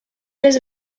les